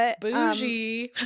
Bougie